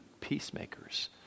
peacemakers